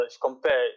compare